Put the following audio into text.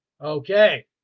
okay